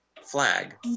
flag